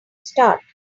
start